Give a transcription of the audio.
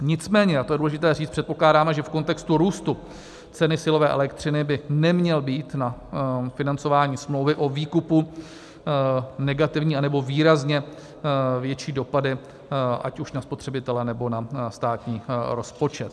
Nicméně, a to je důležité říct, předpokládáme, že v kontextu růstu ceny silové elektřiny by neměly být na financování smlouvy o výkupu negativní, anebo výrazně větší dopady ať už na spotřebitele, nebo na státní rozpočet.